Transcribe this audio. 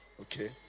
Okay